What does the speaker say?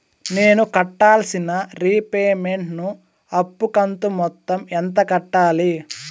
నేను కట్టాల్సిన రీపేమెంట్ ను అప్పు కంతు మొత్తం ఎంత కట్టాలి?